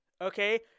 okay